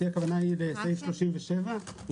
שנדבר על זה כשנגיע לסעיף 37 שמדבר על הסוגיה הזאת.